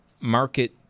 market